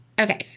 Okay